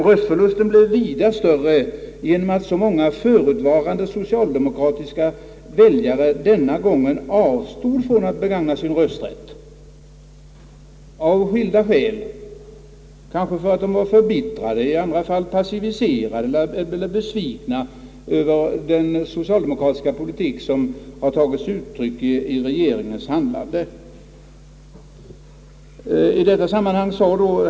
Röstförlusten blev vida större genom att så många förutvarande socialdemokratiska väljare denna gång avstod från att begagna sin rösträtt av skilda skäl, kanske därför att de var förbittrade, i en del fall pacificerade, eller besvikna över den socialdemokratiska politik som har tagit sig uttryck i regeringens handlande.